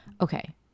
Okay